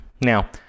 Now